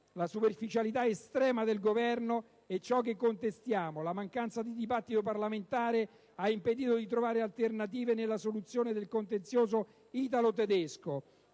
La superficialità estrema del Governo è ciò che contestiamo: la mancanza di dibattito parlamentare ha impedito di trovare alternative nella soluzione del contenzioso italo-tedesco,